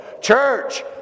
Church